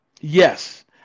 Yes